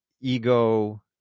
ego